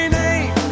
name